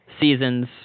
seasons